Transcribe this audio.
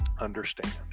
understand